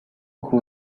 who